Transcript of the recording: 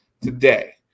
today